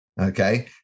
okay